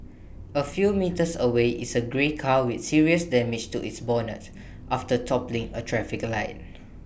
A few metres away is A grey car with serious damage to its bonnet after toppling A traffic light